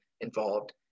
involved